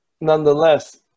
nonetheless